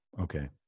Okay